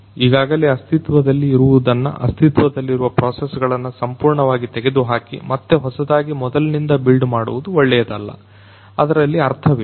ಈಗಾಗಲೇ ಅಸ್ತಿತ್ವದಲ್ಲಿ ಇರುವುದನ್ನು ಅಸ್ತಿತ್ವದಲ್ಲಿರುವ ಪ್ರೊಸೆಸ್ಗಳನ್ನ ಸಂಪೂರ್ಣವಾಗಿ ತೆಗೆದುಹಾಕಿ ಮತ್ತೆ ಹೊಸದಾಗಿ ಮೊದಲಿನಿಂದ ಬಿಲ್ಡ್ ಮಾಡುವುದು ಒಳ್ಳೆಯದಲ್ಲ ಅದರಲ್ಲಿ ಅರ್ಥವಿಲ್ಲ